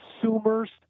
consumers